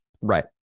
Right